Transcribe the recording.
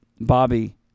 Bobby